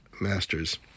masters